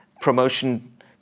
promotion